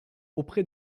auprès